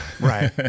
right